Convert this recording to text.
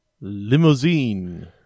Limousine